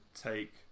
take